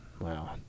wow